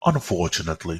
unfortunately